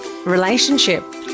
Relationship